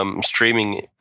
streaming